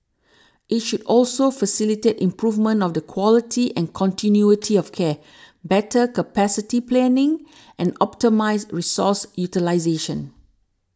it should also facilitate improvement of the quality and continuity of care better capacity planning and optimise resource utilisation